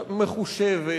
מחושבת